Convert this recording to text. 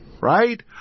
right